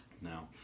Now